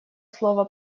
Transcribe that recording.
слово